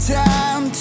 time